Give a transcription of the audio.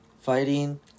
fighting